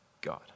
God